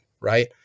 right